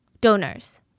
donors